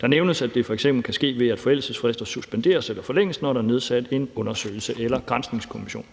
Det nævnes, at det f.eks. kan ske, ved at forældelsesfrister suspenderes eller forlænges, når der er nedsat en undersøgelses- eller granskningskommission.